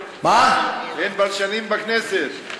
יש בלשנים בכנסת.